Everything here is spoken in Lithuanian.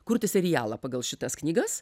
kurti serialą pagal šitas knygas